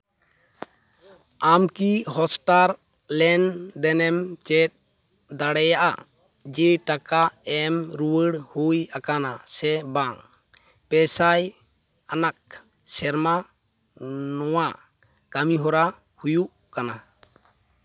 ᱟᱢᱠᱤ ᱦᱚᱴᱥᱴᱟᱨ ᱞᱮᱱᱼᱫᱮᱱᱮᱢ ᱪᱮᱫ ᱫᱟᱲᱮᱭᱟᱜᱼᱟ ᱡᱮ ᱴᱟᱠᱟ ᱮᱢ ᱨᱩᱣᱟᱹ ᱦᱩᱭ ᱟᱠᱟᱱᱟ ᱥᱮ ᱵᱟᱝ ᱯᱮ ᱥᱟᱭ ᱟᱱᱟᱜ ᱥᱮᱨᱢᱟ ᱱᱳᱣᱟ ᱠᱟᱹᱢᱤᱦᱚᱨᱟ ᱦᱩᱭᱩᱜ ᱠᱟᱱᱟ